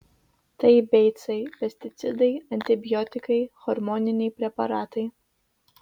tai beicai pesticidai antibiotikai hormoniniai preparatai